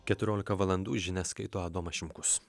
keturiolika valandų žinias skaito adomas šimkus